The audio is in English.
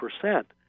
percent